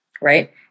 right